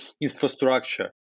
infrastructure